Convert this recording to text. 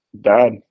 dad